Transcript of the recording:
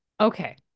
Okay